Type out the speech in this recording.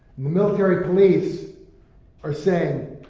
military police are saying,